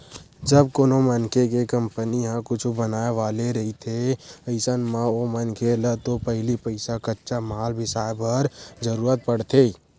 जब कोनो मनखे के कंपनी ह कुछु बनाय वाले रहिथे अइसन म ओ मनखे ल तो पहिली पइसा कच्चा माल बिसाय बर जरुरत पड़थे